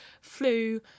flu